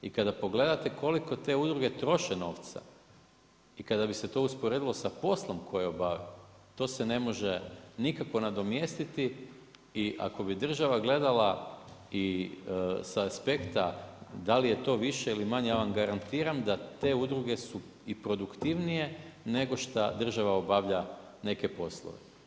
I kada pogledate koliko te udruge troše novca, i kada bi se to usporedilo sa poslom koji obave, to se ne može nikako nadomjestiti i kako bi država gledala sa aspekta, da li je to više ili manje, ja vam garantiram da te udruge su i produktivnije nego što država obavlja neke poslove.